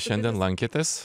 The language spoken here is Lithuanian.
šiandien lankėtės